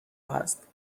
هست